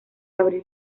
abril